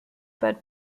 but